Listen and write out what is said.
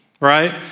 right